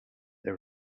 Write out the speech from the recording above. they